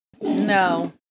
No